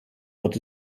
wird